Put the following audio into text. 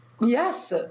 yes